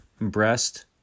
breast